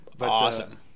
Awesome